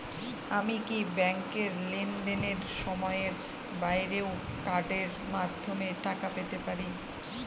আমি কি ব্যাংকের লেনদেনের সময়ের বাইরেও কার্ডের মাধ্যমে টাকা পেতে পারি?